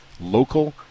local